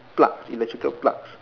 plugs electrical plugs